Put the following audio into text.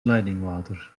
leidingwater